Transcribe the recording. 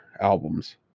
albums